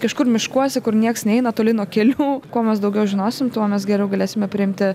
kažkur miškuose kur nieks neina toli nuo kelių kuo mes daugiau žinosim tuo mes geriau galėsime priimti